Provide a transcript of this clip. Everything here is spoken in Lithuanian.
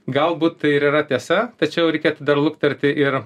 galbūt tai ir yra tiesa tačiau reikėtų dar lukterti ir